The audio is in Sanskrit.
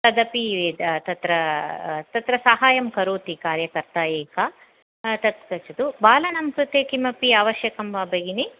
तदपि तत्र तत्र साहाय्यं करोति कार्यकर्ता एक तत्र गच्छतु बालानां कृते किमपि आवश्यकं वा भगिनि